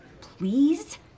please